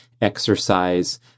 exercise